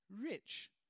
rich